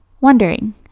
wondering